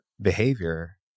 behavior